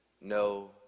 no